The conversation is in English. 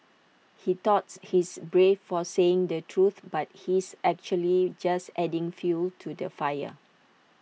he thought he's brave for saying the truth but he's actually just adding fuel to the fire